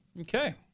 Okay